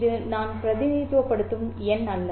இது நான் பிரதிநிதித்துவப்படுத்தும் எண் அல்ல